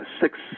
six